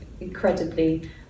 incredibly